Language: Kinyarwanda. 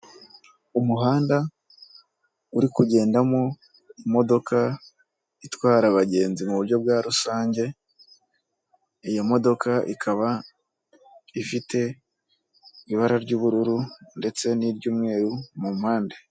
umuhanda uri kugendamo imodoka itwara abagenzi mu buryo bwa rusange, iyo modoka ikaba ifite ibara ry'ubururu ndetse n'iry'umweru mu mpande.